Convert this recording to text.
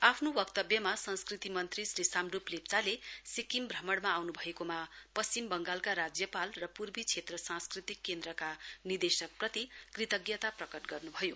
आफ्नो वक्तव्यमा संस्कृति मन्त्री श्री साम्ड्यप लेप्चाले सिक्किम भ्रमणमा आउन् भएको पश्चिम बगांलका राज्यपाल र पूर्वी क्षेत्र सांस्कृति केन्द्रका निर्देशकप्रति कृतज्ञता प्रकट गर्न् भयो